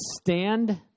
stand